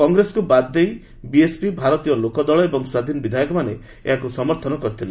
କଂଗ୍ରେସକୁ ବାଦ୍ ଦେଇ ବିଏସ୍ପି ଭାରତୀୟ ଲୋକଦଳ ଏବଂ ସ୍ୱାଧୀନ ବିଧାୟକମାନେ ଏହାକୁ ସମର୍ଥନ କରିଥିଲେ